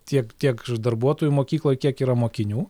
tiek tiek darbuotojų mokykloj kiek yra mokinių